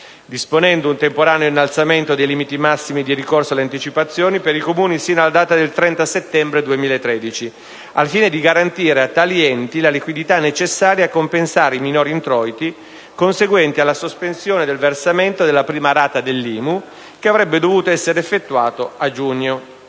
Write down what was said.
disponendo un temporaneo innalzamento dei limiti massimi di ricorso alle anticipazioni per i Comuni sino alla data del 30 settembre 2013, al fine di garantire a tali enti la liquidità necessaria a compensare i minori introiti conseguenti alla sospensione del versamento della prima rata dell'IMU, che avrebbe dovuto essere effettuato a giugno.